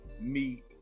meet